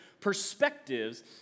perspectives